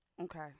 okay